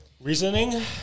Reasoning